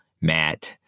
Matt